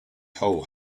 hole